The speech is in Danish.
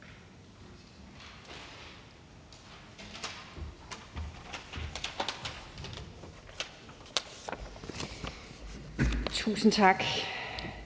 Tusind tak.